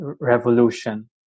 revolution